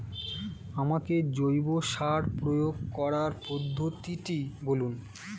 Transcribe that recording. আমাকে জৈব সার প্রয়োগ করার পদ্ধতিটি বলুন?